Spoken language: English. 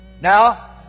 Now